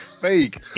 fake